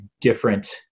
different